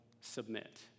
submit